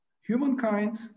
Humankind